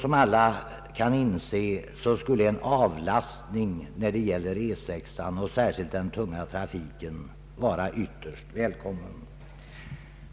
Som alla kan inse, skulle en avlastning av E 6, särskilt när det gäller den tunga trafiken, vara ytterst välkommen.